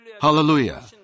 Hallelujah